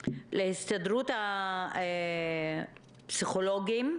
ויגרמו לציבור לשנות את צורת ההתנהגות שלו